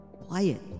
Quiet